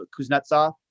Kuznetsov